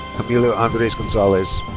camilo andres gonzalez.